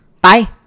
bye